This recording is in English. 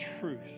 truth